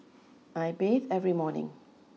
I bathe every morning